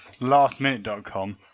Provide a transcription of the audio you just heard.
Lastminute.com